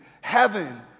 heaven